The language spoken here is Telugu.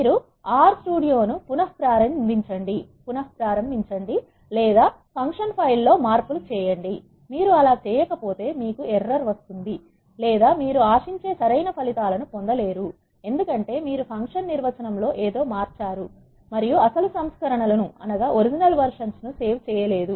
మీరు ఆర్ R స్టూడియో ను పునః ప్రారంభించండి లేదా ఫంక్షన్ ఫైల్ లో మార్పు లు చేయండి మీరు అలా చేయకపోతే మీకు లోపం వస్తుంది లేదా మీరు ఆశించే సరైన ఫలితాలను పొందలేరు ఎందుకంటే మీరు ఫంక్షన్ నిర్వచనం లో ఏదో మార్చారు మరియు అసలు సంస్కరణ లను సేవ్ చేయలేదు